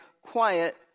quiet